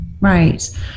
Right